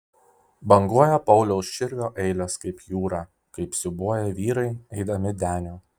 banguoja pauliaus širvio eilės kaip jūra kaip siūbuoja vyrai eidami deniu